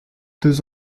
deux